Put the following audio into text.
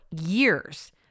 years